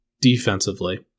defensively